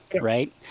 Right